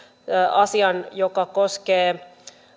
asian joka koskee